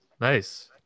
nice